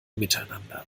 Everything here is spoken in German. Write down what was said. miteinander